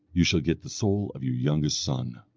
you shall get the soul of your youngest son.